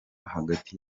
hagati